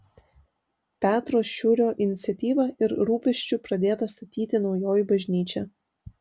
petro šiurio iniciatyva ir rūpesčiu pradėta statyti naujoji bažnyčia